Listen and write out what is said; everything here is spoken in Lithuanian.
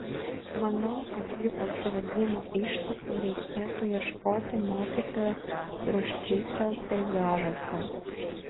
manau kad jų atsiradimo ištakų reikėtų ieškoti mokytojo ruščico peizažuose